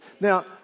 Now